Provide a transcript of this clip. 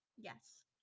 yes